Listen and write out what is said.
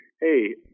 Hey